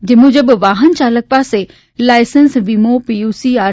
જે મુજબ વાહનચાલક પાસે લાયસન્સ વીમો પીયુસી આર